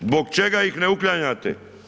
Zbog čega ih ne uklanjate?